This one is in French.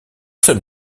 seul